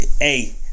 Hey